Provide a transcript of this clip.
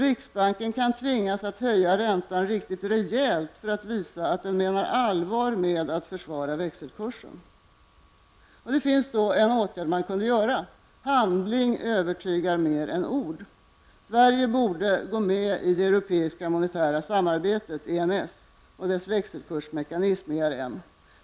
Riksbanken kan tvingas höja räntan rejält för att visa att den menar allvar med att försvara växelkursen. Det finns en åtgärd man kan vidta. Handling övertygar mer än ord. Sverige borde gå med i det europeiska monetära samarbetet, EMS, och dess växelkursmekanism, ERM.